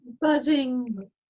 Buzzing